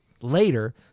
later